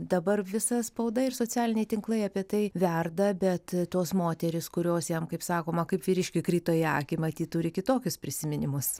dabar visa spauda ir socialiniai tinklai apie tai verda bet tos moterys kurios jam kaip sakoma kaip vyriškiui krito į akį matyt turi kitokius prisiminimus